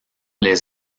les